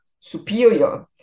superior